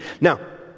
Now